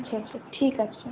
আচ্ছা আচ্ছা ঠিক আছে